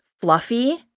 Fluffy